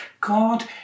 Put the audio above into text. God